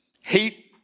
Hate